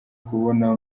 kubona